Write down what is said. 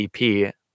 EP